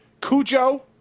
Cujo